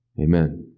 Amen